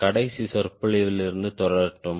கடைசி சொற்பொழிவிலிருந்து தொடரட்டும்